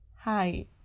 Hi